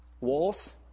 walls